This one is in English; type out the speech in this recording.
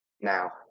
Now